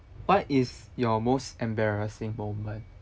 what is your most embarrassing moment